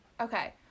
okay